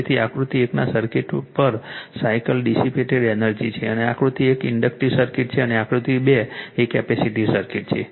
તેથી તે આકૃતિ 1 ના સર્કિટમાં પર સાયકલ ડિસીપેટેડ એનર્જી છે અને આકૃતિ 1 ઇન્ડક્ટિવ સર્કિટ છે અને આકૃતિ 2 એ કેપેસિટીવ સર્કિટ છે